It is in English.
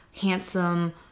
handsome